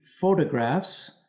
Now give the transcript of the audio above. photographs